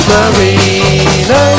Marina